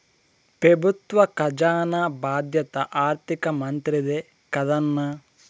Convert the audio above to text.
పెబుత్వ కజానా బాధ్యత ఆర్థిక మంత్రిదే కదన్నా